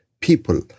people